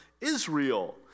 Israel